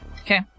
Okay